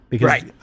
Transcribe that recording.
Right